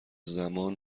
زمان